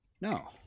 No